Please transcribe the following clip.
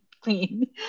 clean